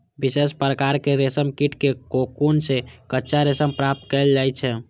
विशेष प्रकारक रेशम कीट के कोकुन सं कच्चा रेशम प्राप्त कैल जाइ छै